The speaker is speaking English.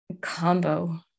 combo